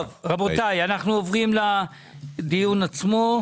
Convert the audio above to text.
רבותיי, אנחנו עוברים לעניין עצמו: